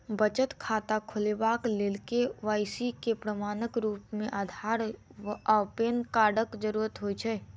बचत खाता खोलेबाक लेल के.वाई.सी केँ प्रमाणक रूप मेँ अधार आ पैन कार्डक जरूरत होइ छै